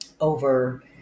over